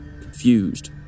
confused